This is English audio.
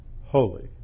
holy